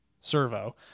Servo